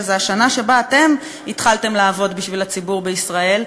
שזו השנה שבה אתם התחלתם לעבוד בשביל הציבור בישראל,